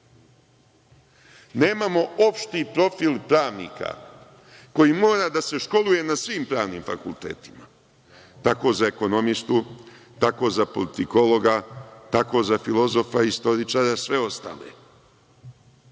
Nemamo opšti profil pravnika, koji mora da se školuje na svim pravnim fakultetima. Tako za ekonomistu, tako za politikologa, tako za filozofa, istoričara i sve